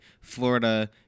Florida